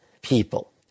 people